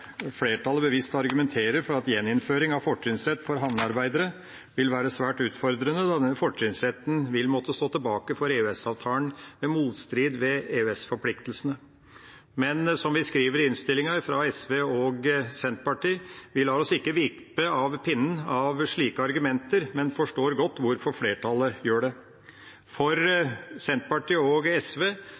flertallet bevisst argumenterer for at gjeninnføring av fortrinnsrett for havnearbeidere vil være svært utfordrende, da denne fortrinnsretten vil måtte stå tilbake for EØS-avtalen ved motstrid med EØS-forpliktelsene. Men, som Senterpartiet og SV skriver i innstillinga, vi lar oss ikke vippe av pinnen av slike argumenter, men forstår godt hvorfor flertallet gjør det. For Senterpartiet og SV